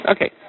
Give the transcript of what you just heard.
Okay